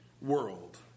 world